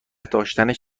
داشتنش